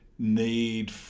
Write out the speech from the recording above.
need